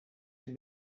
dem